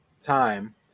time